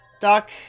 doc